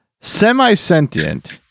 semi-sentient